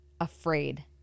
afraid